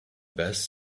best